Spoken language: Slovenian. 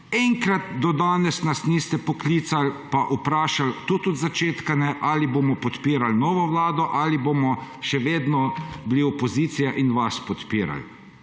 enkrat do danes niste poklicali pa vprašali, tudi od začetka ne, ali bomo podpirali novo vlado ali bomo še vedno opozicija in vas podpirali.